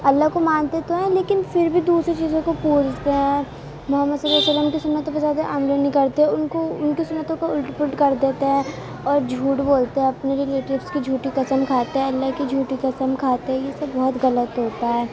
اللہ کو مانتے تو ہیں لیکن پھر بھی دوسری چیزوں کو پوجتے ہیں محمد صلی اللہ علیہ وسلم کی سنتوں پہ زیادہ عمل نہیں کرتے ان کو ان کی سنتوں کو الٹ پلٹ کر دیتے ہیں اور جھوٹ بولتے ہیں اپنے لیے جھوٹی اس کی قسم کھاتے ہیں اللہ کی جھوٹی قسم کھاتے ہیں یہ سب بہت غلط ہوتا ہے